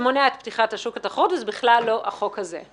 שמונע את פתיחת השוק לתחרות וזה בכלל לא החוק הזה.